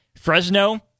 Fresno